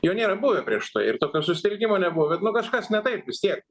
jo nėra buvę prieš tai ir tokio susitelkimo nebuvo bet nu kažkas ne taip vis tiek